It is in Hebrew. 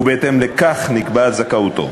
ובהתאם לכך נקבעת זכאותו.